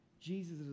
Jesus